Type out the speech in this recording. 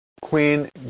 Queen